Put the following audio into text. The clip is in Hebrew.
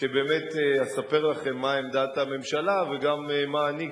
שבאמת אספר לכם מה עמדת הממשלה וגם מה אני,